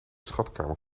schatkamer